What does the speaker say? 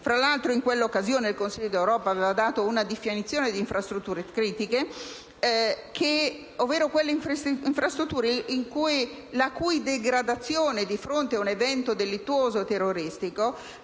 Fra l'altro, in quella occasione il Consiglio europeo aveva dato una definizione di infrastrutture critiche, ovvero quelle infrastrutture la cui degradazione di fronte ad un evento delittuoso terroristico